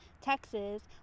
Texas